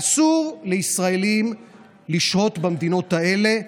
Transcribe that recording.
אסור לישראלים לשהות במדינות האלה,